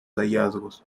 hallazgos